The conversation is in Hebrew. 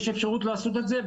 יש אפשרות לעשות את זה.